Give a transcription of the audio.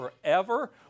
forever